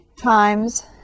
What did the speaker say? times